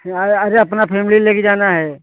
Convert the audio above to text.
अरे अरे अपना फैमिली ले कर जाना है